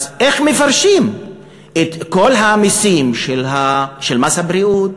אז איך מפרשים את כל המסים, מס הבריאות,